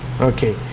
Okay